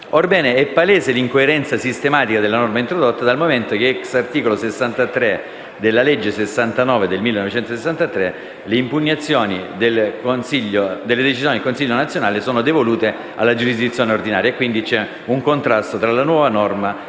Orbene, è palese l'incoerenza sistematica della norma introdotta dal momento che, *ex* articolo 63 della legga n. 69 del 1963, le impugnazioni delle decisioni del consiglio nazionale sono devolute alla giurisdizione ordinaria, quindi c'è un contrasto tra la nuova norma e quella